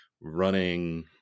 running